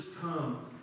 come